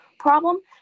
Problem